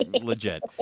legit